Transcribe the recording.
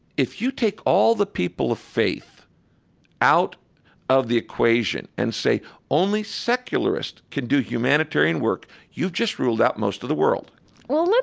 if you take all the people of faith out of the equation and say only secularists could do humanitarian work, you've just ruled out most of the world well,